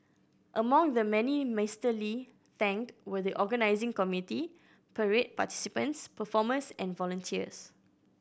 among the many Mister Lee thanked were the organising committee parade participants performers and volunteers